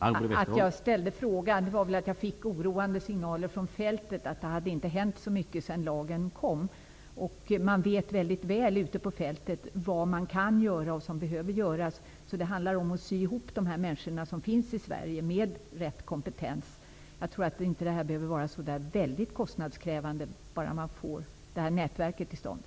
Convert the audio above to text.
Herr talman! Att jag ställde frågan berodde nog på att jag hade fått oroande signaler från människor ute på fältet om att det inte hade hänt särskilt mycket sedan den här lagen kom. Ute på fältet vet man nämligen mycket väl vad som kan och vad som behöver göras. Det handlar således om att ''sy ihop'' de människor i Sverige som här kommer i fråga med rätt kompetens. Jag tror inte att detta behöver vara så värst kostnadskrävande bara man får till stånd nämnda nätverk.